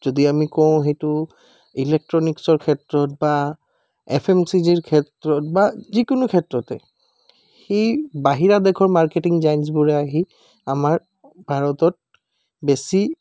যদি আমি কওঁ সেইটো ইলেক্ট্ৰনিকচৰ ক্ষেত্ৰত বা এফ এম জি চিৰ ক্ষেত্ৰত বা যিকোনো ক্ষেত্ৰতে সেই বাহিৰা দেশৰ মাৰ্কেটিং জাইণ্টছবোৰে আহি আমাৰ ভাৰতত বেছি